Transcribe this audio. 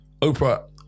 Oprah